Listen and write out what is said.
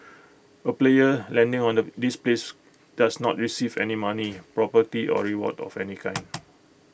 A player landing on the this place does not receive any money property or reward of any kind